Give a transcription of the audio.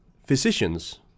Physicians